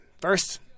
first